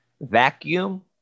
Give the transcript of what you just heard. vacuum